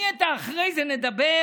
את ה"אחרי זה נדבר"